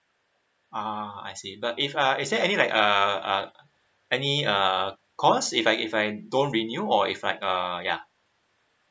uh I see but if uh is there any like uh uh any uh cost if I if I don't renew or if like uh ya